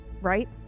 right